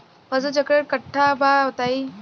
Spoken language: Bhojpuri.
फसल चक्रण कट्ठा बा बताई?